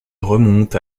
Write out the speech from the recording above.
remonte